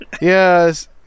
Yes